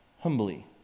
humbly